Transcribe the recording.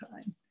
time